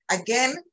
Again